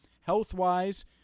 health-wise